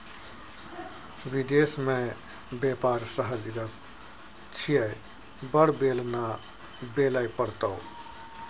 विदेश मे बेपार सहज गप छियै बड़ बेलना बेलय पड़तौ